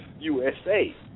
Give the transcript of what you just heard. USA